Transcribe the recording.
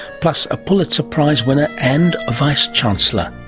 plus a pulitzer prize winner and a vice-chancellor,